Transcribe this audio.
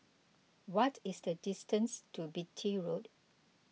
what is the distance to Beatty Road